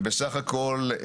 ובסך הכל,